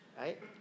right